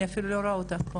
אני אפילו לא רואה אותך.